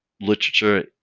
literature